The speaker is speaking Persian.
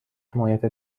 حمایت